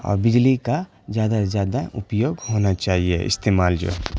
اور بجلی کا زیادہ سے زیادہ اپیوگ ہونا چاہیے استعمال جو